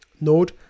node